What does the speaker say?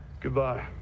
Goodbye